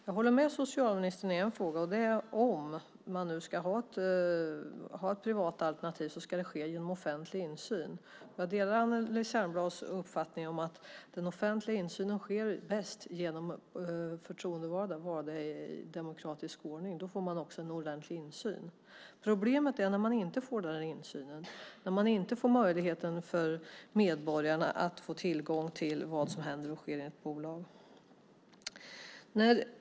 Jag håller med socialministern i en fråga: Om man ska ha privata alternativ ska det ske genom offentlig insyn. Jag delar Anneli Särnblads uppfattning att den offentliga insynen bäst sker genom förtroendevalda som är valda i demokratisk ordning. Då får man också en ordentlig insyn. Problemet är när man inte får insyn och medborgarna inte får möjlighet att ha inblick i vad som sker i ett bolag.